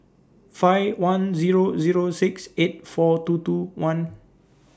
five one Zero Zero six eight four two two one